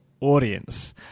audience